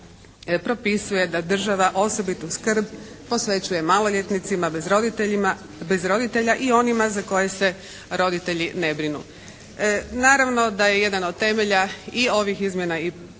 propisuje da država osobitu skrb posvećuje maloljetnicima bez roditelja i onima za koje se roditelji ne brinu. Naravno da je jedan od temelja i ovih izmjena i promjena